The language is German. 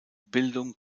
bildung